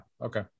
Okay